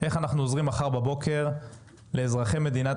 איך אנחנו עוזרים מחר בבוקר לאזרחי מדינת